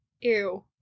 Ew